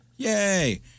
Yay